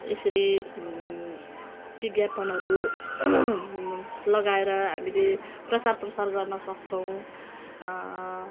यसरी विज्ञापनहरू लगाएर हामीले प्रचारप्रसार गर्नसक्छौँ